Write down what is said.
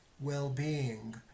well-being